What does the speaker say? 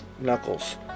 knuckles